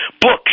Books